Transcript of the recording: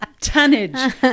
tonnage